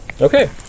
Okay